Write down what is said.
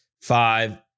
five